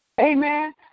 Amen